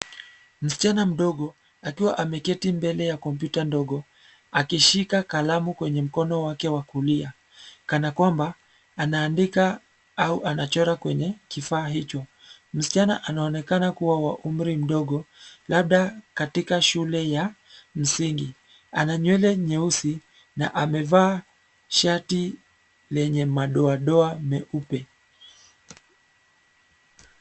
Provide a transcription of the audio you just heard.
Msichana mdogo akiwa ameketi mbele ya kompyuta ndogo, akishika kalamu kwenye mkono wake wa kulia, kana kwamba anaandika au anachora kwenye kifaa hicho. Msichana anaonekana kuwa wa umri mdogo labda katika shule ya msingi. Ana nywele nyeusi na amevaa shati lenye madoadoa meupe.